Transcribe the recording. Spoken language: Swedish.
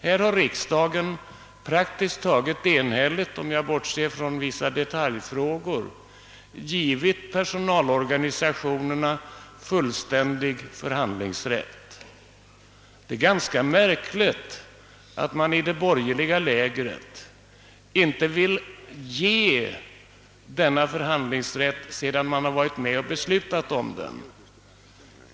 Här har riksdagen praktiskt taget enhälligt, om jag bortser från vissa detaljfrågor, givit personalorganisationerna fullständig förhandlingsrätt. Det är ganska märkligt att man i det borgerliga lägret inte vill ge denna förhandlingsrätt sedan man varit med att besluta om den.